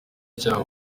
icyaha